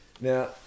Now